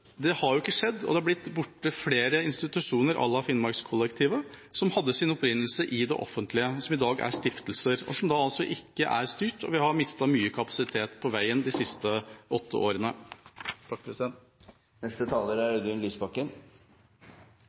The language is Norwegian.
har ikke skjedd, og det har blitt borte flere institusjoner à la Finnmarkskollektivet, som hadde sin opprinnelse i det offentlige, som i dag er stiftelse, og som ikke er styrt. Vi har mistet mye kapasitet på veien de siste åtte årene. Det kanskje mest berikende jeg har gjort i mitt politiske liv, er